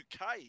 UK